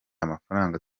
amafaranga